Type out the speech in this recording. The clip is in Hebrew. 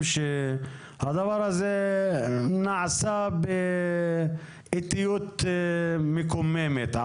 שהדבר הזה נעשה עד עכשיו באיטיות מקוממת,